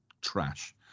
trash